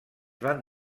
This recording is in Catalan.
van